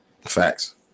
Facts